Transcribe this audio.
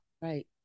Right